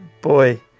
boy